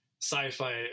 sci-fi